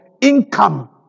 income